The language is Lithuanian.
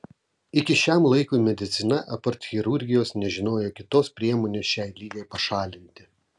iki šiam laikui medicina apart chirurgijos nežinojo kitos priemonės šiai ligai pašalinti